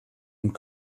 und